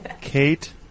Kate